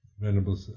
Venerable